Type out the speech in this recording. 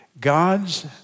God's